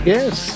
Yes